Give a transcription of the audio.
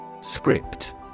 Script